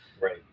Right